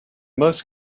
most